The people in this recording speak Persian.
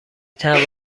توانید